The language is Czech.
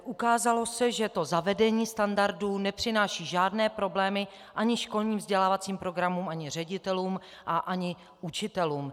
Ukázalo se, že zavedení standardů nepřináší žádné problémy ani školním vzdělávacím programům, ani ředitelům a ani učitelům.